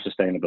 sustainability